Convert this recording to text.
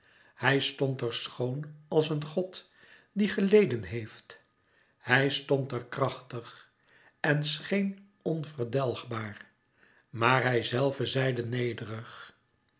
hij stond er schoon als een god die geleden heeft hij stond er krachtig en scheen onverdelgbaar maar hijzelve zeide nederig